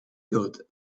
good